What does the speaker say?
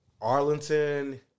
Arlington